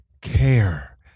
care